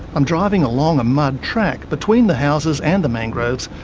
i'm driving along a mud track between the houses and the mangroves,